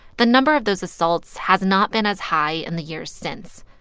the number of those assaults has not been as high in the years since,